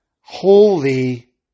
holy